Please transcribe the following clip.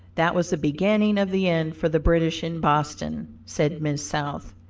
that was the beginning of the end for the british in boston, said miss south.